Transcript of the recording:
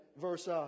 Verse